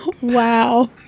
Wow